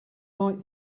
might